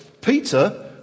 Peter